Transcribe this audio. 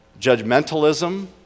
judgmentalism